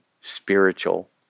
spiritual